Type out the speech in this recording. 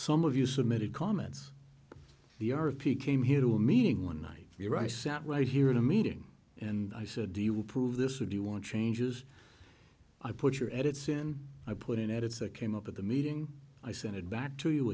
some of you submitted comments the art of pique came here to a meeting one night here i sat right here in a meeting and i said do you approve this or do you want changes i put your edits in i put it out it's a came up at the meeting i send it back to you